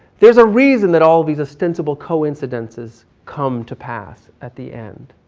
there's a reason that all these extensible coincidences come to pass at the end.